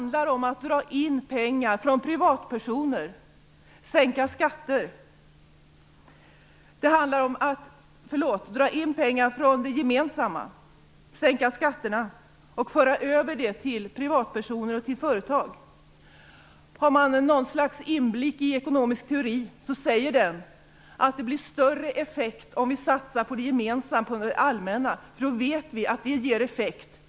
Det handlar om att dra in pengar från det gemensamma, sänka skatterna och föra över det till privatpersoner och till företag. Har man något slags inblick i ekonomisk teori förstår man att det blir större effekt om vi satsar på det gemensamma, på det allmänna.